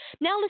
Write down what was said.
Now